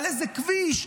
על איזה כביש,